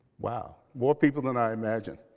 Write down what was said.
wow, more people than i imagined.